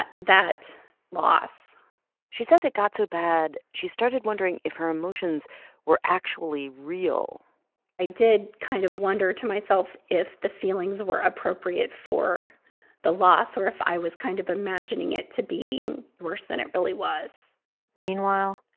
that that loss she says it got so bad, she started wondering if her emotions were actually real i did kind of wonder to myself if the feelings were appropriate for the loss or if i was kind of imagining it to being worse than it really was meanwhile,